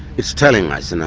it's telling us, and